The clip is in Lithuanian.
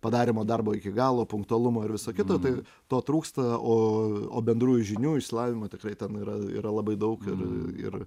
padarymo darbo iki galo punktualumo ir viso kito tai to trūksta o o bendrųjų žinių išsilavinimo tikrai ten yra yra labai daug ir ir